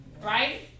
Right